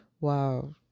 Wow